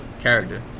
Character